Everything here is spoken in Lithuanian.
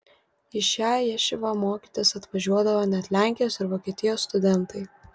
į šią ješivą mokytis atvažiuodavo net lenkijos ir vokietijos studentai